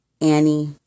Annie